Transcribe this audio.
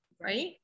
right